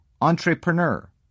entrepreneur